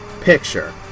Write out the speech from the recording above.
picture